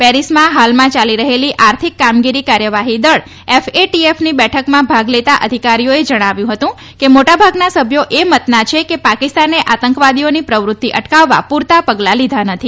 પેરીસમાં હાલ ચાલી રહેલી આર્થિક કામગીરી કાર્થવાહી દળ એફએટીએફની બેઠકમાં ભાગ લેતાં અધિકારીઓએ જણાવ્યું હતું કે મોટાભાગના સભ્યો એ મતના છે કે પાકિસ્તાને આતંકવાદીઓની પ્રવૃત્તિ અટકાવવા પૂરતા પગલાં લીધા નથી